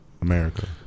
America